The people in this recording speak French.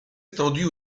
étendues